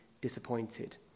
disappointed